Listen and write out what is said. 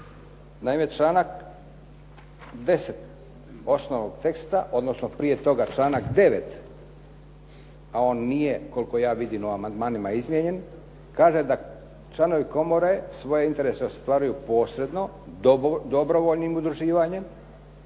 Naime, članak 10. osnovnog teksta, odnosno prije toga članak 9. a on nije koliko ja vidim u amandmanima izmijenjen kaže da članovi komore svoje interese ostvaruju posredno dobrovoljnim udruživanjem.